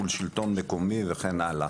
מול שלטון מקומי וכן הלאה.